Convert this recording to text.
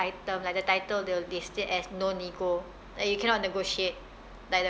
item like the title they'll they state as no nego like you cannot negotiate like the